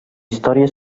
història